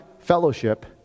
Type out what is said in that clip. fellowship